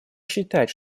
считать